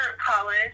college